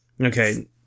okay